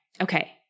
Okay